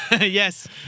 Yes